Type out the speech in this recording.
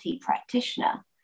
practitioner